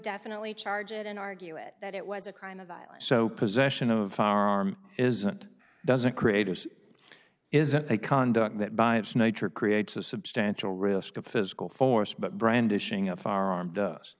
definitely charge it and argue it that it was a crime of violence so possession of firearms isn't doesn't create a is it a conduct that by its nature creates a substantial risk of physical force but brandishing a firearm does